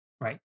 Right